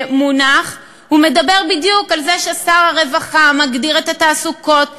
הוא מדבר בדיוק על זה ששר הרווחה מגדיר את התעסוקות שמותר,